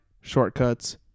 Shortcuts